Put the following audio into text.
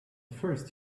first